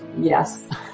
yes